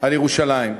על ירושלים.